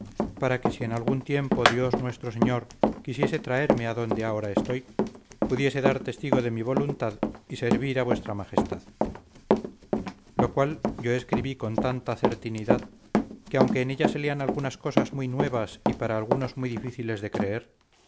para que si en algún tiempo dios nuestro señor quisiese traerme a donde ahora estoy pudiese dar testigo de mi voluntad y servir a vuestra majestad lo cual yo escribí con tanta certinidad que aunque en ella se lean algunas cosas muy nuevas y para algunos muy difíciles de creer